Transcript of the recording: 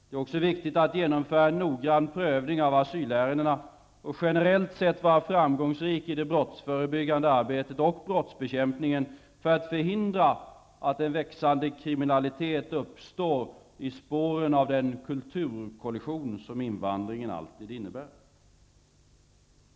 Det är också viktigt att genomföra en noggrann prövning av asylärendena och generellt sett vara framgångsrik i det brottsförebyggande arbetet och brottsbekämpningen för att förhindra att en växande kriminalitet uppstår i spåren av den kulturkollision som invandringen alltid innebär.